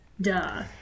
Duh